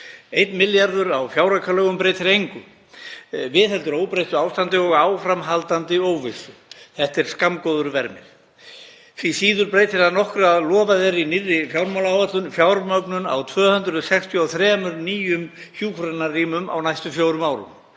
Einn milljarður á fjáraukalögum breytir engu, viðheldur óbreyttu ástandi og áframhaldandi óvissu. Þetta er skammgóður vermir. Því síður breytir það nokkru að lofað er í nýrri fjármálaáætlun fjármögnun á 263 nýjum hjúkrunarrýmum á næstu fjórum árum.